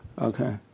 okay